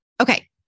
Okay